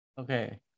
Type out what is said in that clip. Okay